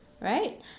Right